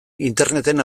interneten